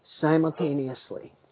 simultaneously